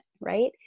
right